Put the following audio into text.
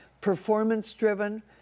Performance-driven